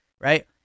right